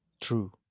True